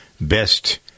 best